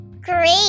Great